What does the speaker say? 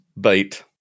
bait